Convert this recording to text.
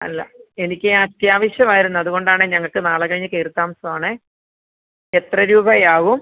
അല്ല എനിക്ക് അത്യാവശ്യം ആയിരുന്നു അതുകൊണ്ടാണേ ഞങ്ങൾക്ക് നാളെ കഴിഞ്ഞ് കയറി താമസം ആണേ എത്ര രൂപയാവും